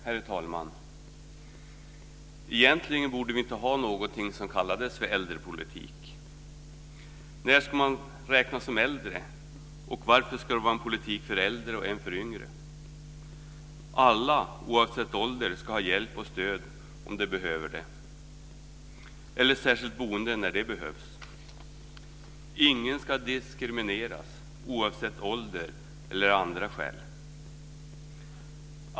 Herr talman! Egentligen borde vi inte ha något som kallades för äldrepolitik. När ska man räknas som äldre, och varför ska det vara en politik för äldre och en för yngre? Alla, oavsett ålder, ska ha hjälp och stöd om de behöver det eller särskilt boende när det behövs. Ingen ska diskrimineras på grund av ålder eller av andra skäl.